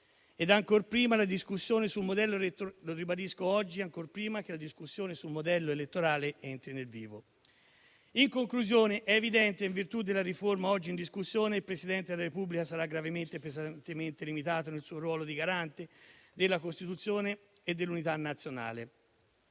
ancor prima che la discussione sul modello elettorale entri nel vivo. In conclusione, è evidente, in virtù della riforma oggi in discussione, che il Presidente della Repubblica sarà gravemente e pesantemente limitato nel suo ruolo di garante della Costituzione e dell'unità nazionale: